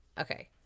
Okay